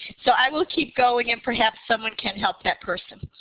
so i will keep going and perhaps someone can help that person.